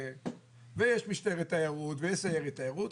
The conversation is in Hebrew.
יש משטרת תיירות ויש סיירת תיירות,